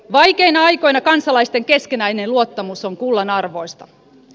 vaikeina aikoina kansalaisten keskinäinen luottamus on kullanarvoista